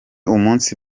umunsi